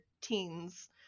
teens